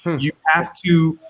you have to,